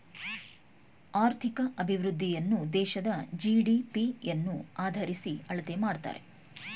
ಆರ್ಥಿಕ ಅಭಿವೃದ್ಧಿಯನ್ನು ದೇಶದ ಜಿ.ಡಿ.ಪಿ ಯನ್ನು ಆದರಿಸಿ ಅಳತೆ ಮಾಡುತ್ತಾರೆ